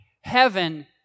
Heaven